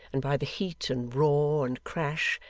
and by the heat and roar, and crash,